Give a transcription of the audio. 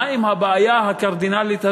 מה עם הבעיה הקרדינלית הזאת,